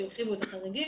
שהרחיבו את החריגים,